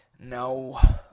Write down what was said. No